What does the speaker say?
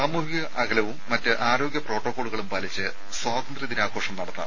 സാമൂഹിക അകലവും മറ്റ് ആരോഗ്യ പ്രോട്ടോകോളുകളും പാലിച്ച് സ്വാതന്ത്ര്യ ദിനാഘോഷം നടത്താം